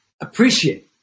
appreciate